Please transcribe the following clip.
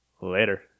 Later